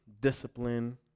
discipline